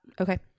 Okay